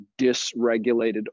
dysregulated